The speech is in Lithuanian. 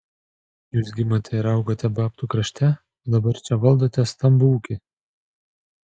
jūs gimėte ir augote babtų krašte o dabar čia valdote stambų ūkį